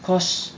cause